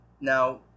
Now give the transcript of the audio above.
Now